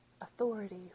Authority